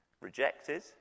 rejected